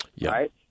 right